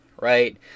right